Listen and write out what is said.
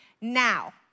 Now